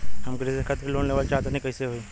हम कृषि खातिर लोन लेवल चाहऽ तनि कइसे होई?